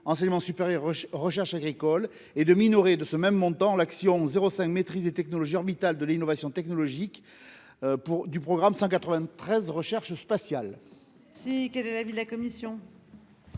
Enseignement supérieur et recherche agricoles », et de minorer de ce même montant l'action n° 05, Maîtrise des technologies orbitales et de l'innovation technologique, du programme 193 « Recherche spatiale